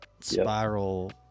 spiral